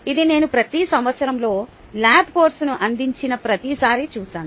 ఇది నేను ప్రతి సంవత్సరంలో ల్యాబ్ కోర్సును అందించిన ప్రతిసారీ చూశాను